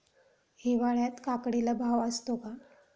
हिवाळ्यात काकडीला भाव असतो का?